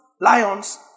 lions